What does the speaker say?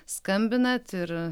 skambinat ir